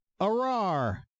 arar